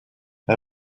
how